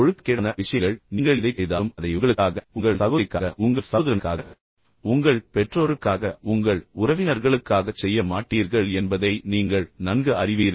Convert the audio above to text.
ஒழுக்கக்கேடான விஷயங்கள் நீங்கள் எதைச் செய்தாலும் அதை உங்களுக்காக உங்கள் சகோதரிக்காக உங்கள் சகோதரனுக்காக உங்கள் பெற்றோருக்காக உங்கள் உறவினர்களுக்காகச் செய்ய மாட்டீர்கள் என்பதை நீங்கள் நன்கு அறிவீர்கள்